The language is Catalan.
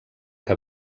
que